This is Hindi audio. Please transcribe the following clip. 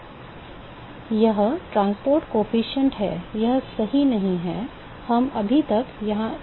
यह परिवहन गुणांक है यह सही नहीं है हम अभी तक यह नहीं जानते हैं